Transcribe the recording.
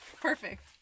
perfect